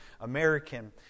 American